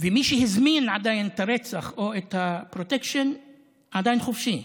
ומי שהזמין את הרצח או את הפרוטקשן עדיין חופשי.